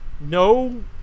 no